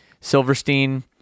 Silverstein